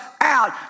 out